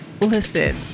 Listen